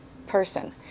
person